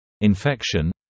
infection